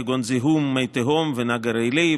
כגון זיהום מי תהום ונגר עילי,